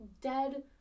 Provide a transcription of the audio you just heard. dead